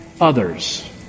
others